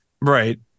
Right